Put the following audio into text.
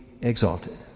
exalted